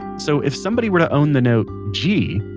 so if somebody were to own the note g.